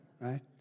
Right